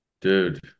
Dude